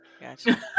Gotcha